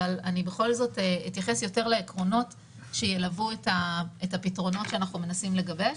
אבל בכל זאת אתייחס יותר לעקרונות שילוו את הפתרונות שאנחנו מנסים לגבש.